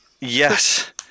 Yes